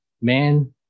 man